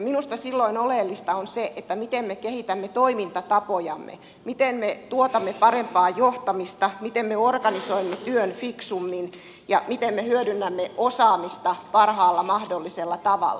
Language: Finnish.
minusta silloin oleellista on se miten me kehitämme toimintatapojamme miten me tuotamme parempaa johtamista miten me organisoimme työn fiksummin ja miten me hyödynnämme osaamista parhaalla mahdollisella tavalla